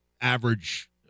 average